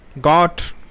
got